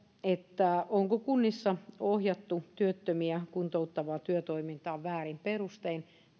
onko kunnissa ohjattu työttömiä kuntouttavaan työtoimintaan väärin perustein